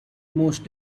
most